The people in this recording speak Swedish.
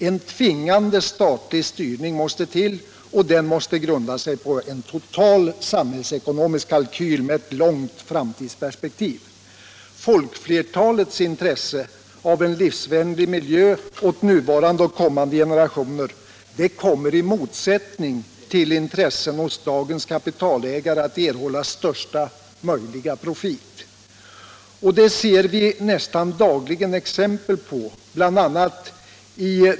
En tvingande statlig styrning måste till och den måste grunda sig på en total samhällsekonomisk kalkyl med ett långt framtidsperspektiv. Folkflertalets intresse av en livsvänlig miljö åt nuvarande och kommande generationer kommer i motsättning till intressen hos dagens kapitalägare att erhålla största möjliga profit. Det ser vi nästan dagligen exempel på.